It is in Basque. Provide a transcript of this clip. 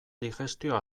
digestio